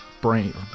Brain